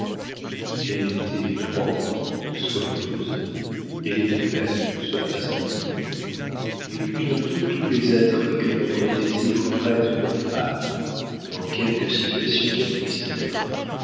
elle était propre soigneuse elle était belle cela va sans dire elle eut bientôt tous les attraits que notre désir prête aux femmes dans quelque situation qu'elles puissent être